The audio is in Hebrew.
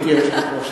גברתי היושבת-ראש,